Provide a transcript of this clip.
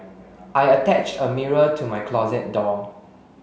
I attached a mirror to my closet door